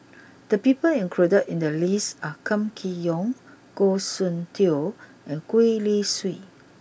the people included in the list are Kam Kee Yong Goh Soon Tioe and Gwee Li Sui